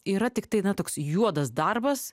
yra tiktai na toks juodas darbas